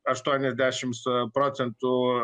aštuoniasdešims procentų